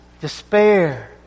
despair